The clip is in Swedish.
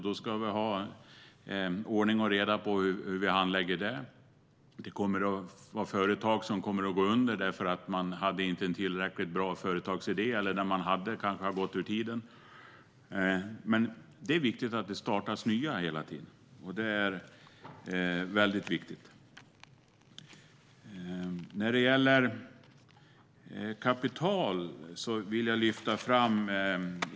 Då ska vi ha ordning och reda på hur vi handlägger det. Det kommer att vara företag som går under för att man inte hade en tillräckligt bra företagsidé eller för att den man hade har gått ur tiden. Men det är viktigt att det hela tiden startas nya.